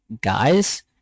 guys